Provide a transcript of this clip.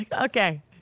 okay